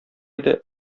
иде